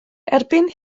erbyn